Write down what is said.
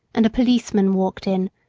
and a policeman walked in,